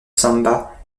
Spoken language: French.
samba